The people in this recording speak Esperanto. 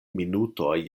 minutoj